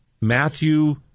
Matthew